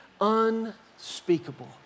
unspeakable